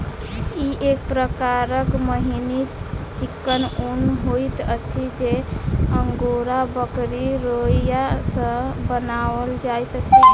ई एक प्रकारक मिहीन चिक्कन ऊन होइत अछि जे अंगोरा बकरीक रोंइया सॅ बनाओल जाइत अछि